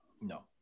no